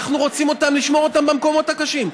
אנחנו רוצים לשמור אותם במקומות הקשים.